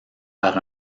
par